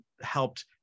helped